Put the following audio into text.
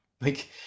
Like-